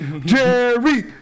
Jerry